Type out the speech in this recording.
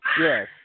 Yes